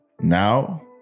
now